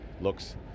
looks